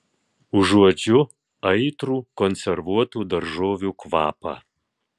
užuodžiu aitrų konservuotų daržovių kvapą